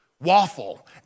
waffle